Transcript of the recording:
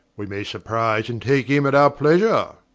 wee may surprize and take him at our pleasure,